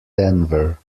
denver